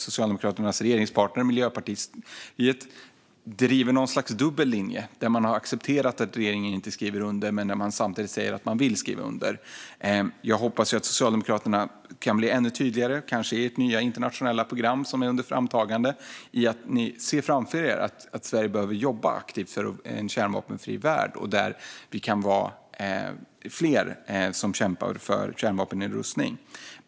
Socialdemokraternas regeringspartner Miljöpartiet driver något slags dubbel linje där man har accepterat att regeringen inte skriver under men samtidigt säger att man vill skriva under. Jag hoppas att Socialdemokraterna blir ännu tydligare, kanske i ert nya internationella program som är under framtagande, gällande att ni ser framför er att Sverige behöver jobba aktivt för en kärnvapenfri värld och att vi kan vara fler som kämpar för kärnvapennedrustning.